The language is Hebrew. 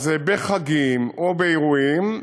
בחגים או באירועים,